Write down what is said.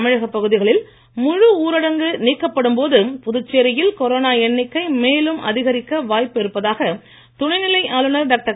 தமிழகப் பகுதிகளில் முழு ஊரடங்கு நீக்கப்படும் போது புதுச்சேரியில் கொரோனா எண்ணிக்கை மேலும் அதிகரிக்க வாய்ப்பு இருப்பதாக துணைநிலை ஆளுனர் டாக்டர்